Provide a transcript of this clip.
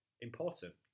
important